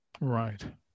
Right